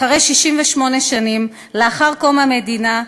אחרי 68 שנים מקום המדינה,